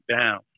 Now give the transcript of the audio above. down